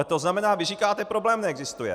To znamená, vy říkáte problém neexistuje.